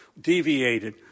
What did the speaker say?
deviated